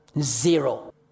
Zero